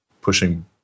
pushing